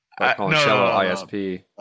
ISP